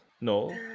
no